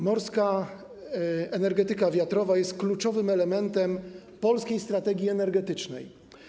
Morska energetyka wiatrowa jest kluczowym elementem polskiej strategii energetycznej.